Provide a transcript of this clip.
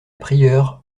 prieure